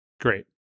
great